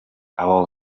abo